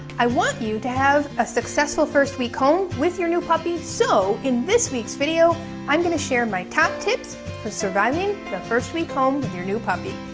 i want you to have a successful first week home with your new puppy so in this week's video i'm going to share my top tips for surviving the first week home with your new puppy!